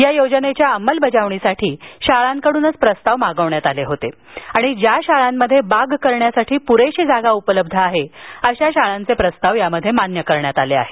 या योजनेच्या अंमलबजावणीसाठी शाळांकडूनच प्रस्ताव मागवण्यात आले होते आणि ज्या शाळांमध्ये स्वयंपाकघर बाग तयार करण्यासाठी पुरेशी जागा उपलब्ध आहे अशा शाळांचे प्रस्ताव मान्य करण्यात आले आहेत